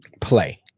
play